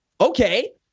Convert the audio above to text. okay